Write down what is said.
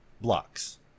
blocks